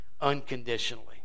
unconditionally